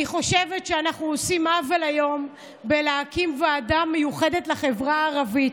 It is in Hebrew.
אני חושבת שאנחנו עושים עוול היום בלהקים ועדה מיוחדת לחברה הערבית,